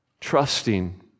trusting